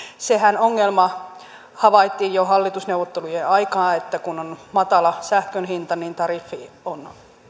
se ongelmahan havaittiin jo hallitusneuvottelujen aikaan että kun on matala sähkön hinta niin tariffi on